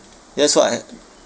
ya so I mm